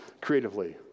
Creatively